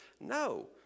No